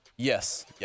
Yes